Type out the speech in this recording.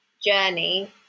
journey